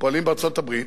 פועלים בארצות-הברית,